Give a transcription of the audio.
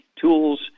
tools